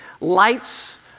lights